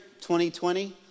2020